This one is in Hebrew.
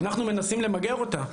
ואנחנו מנסים למגר אותה.